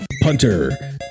Punter